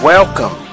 Welcome